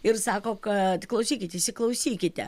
ir sako kad klausykit įsiklausykite